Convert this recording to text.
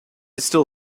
still